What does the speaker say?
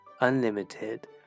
unlimited